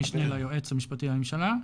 המשנה ליועץ המשפטי לממשלה,